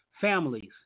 families